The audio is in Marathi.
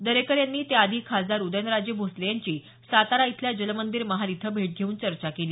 दरेकर यांनी त्या आधी खासदार उदयनराजे भोसले यांची सातारा इथल्या जलमंदिर महाल इथं भेट घेऊन चर्चा केली